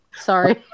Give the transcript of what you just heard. sorry